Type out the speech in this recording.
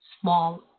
small